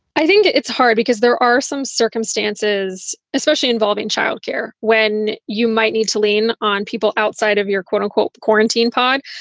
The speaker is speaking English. i think it's hard because there are some circumstances, especially involving child care, when you might need to lean on people outside of your quote unquote, quarantine pod.